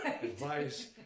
advice